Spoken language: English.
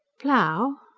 plough?